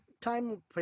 time